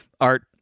Art